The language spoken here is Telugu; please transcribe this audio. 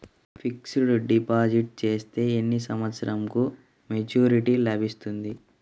ఫిక్స్డ్ డిపాజిట్ చేస్తే ఎన్ని సంవత్సరంకు మెచూరిటీ లభిస్తుంది?